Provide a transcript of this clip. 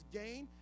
gain